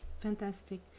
Fantastic